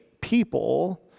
people